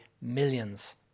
millions